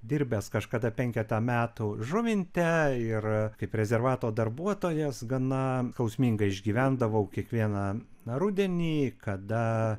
dirbęs kažkada penketą metų žuvinte ir kaip rezervato darbuotojas gana skausmingai išgyvendavau kiekvieną rudenį kada